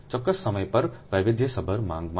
ચોક્કસ સમય પર વૈવિધ્યસભર માંગ માટે